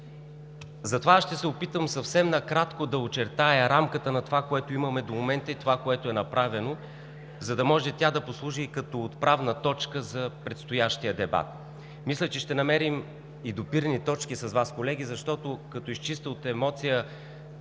Затова аз ще се опитам съвсем накратко да очертая рамката на това, което имаме до момента и е направено, за да може тя да послужи като отправна точка за предстоящия дебат. Мисля, че ще намерим и допирни точки с Вас, колеги, защото, като изчистя от емоция